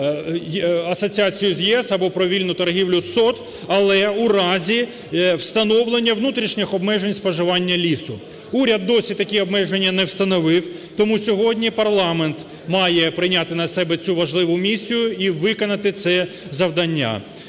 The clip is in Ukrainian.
асоціацію з ЄС або про вільну торгівлю з СОТ, але у разі встановлення внутрішніх обмежень споживання лісу. Уряд досі такі обмеження не встановив, тому сьогодні парламент має прийняти на себе цю важливу місію і виконати це завдання.